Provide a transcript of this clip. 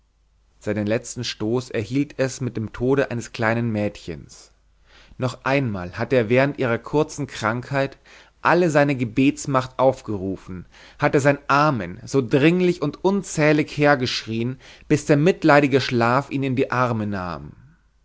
seinen letzten stoß erhielt es mit dem tode eines kleinen mädchens noch einmal hatte er während ihrer kurzen krankheit alle seine gebetsmacht aufgerufen hatte sein amen so dringlich und unzählig hergeschrien bis der mitleidige schlaf ihn in die arme nahm